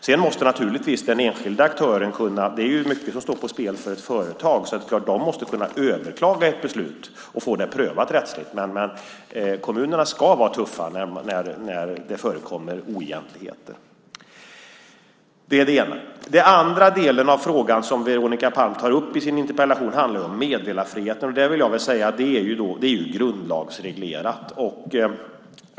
Det är mycket som står på spel för ett företag, så det är klart att den enskilda aktören måste kunna överklaga ett beslut och få det prövat rättsligt. Men kommunerna ska vara tuffa när det förekommer oegentligheter. Det är det ena. Den andra delen av frågan som Veronica Palm tar upp i sin interpellation handlar om meddelarfriheten. Det är grundlagsreglerat.